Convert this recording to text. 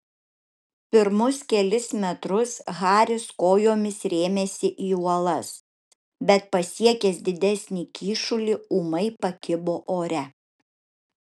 pirmus kelis metrus haris kojomis rėmėsi į uolas bet pasiekęs didesnį kyšulį ūmai pakibo ore